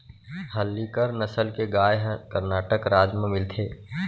हल्लीकर नसल के गाय ह करनाटक राज म मिलथे